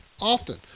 Often